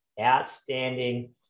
outstanding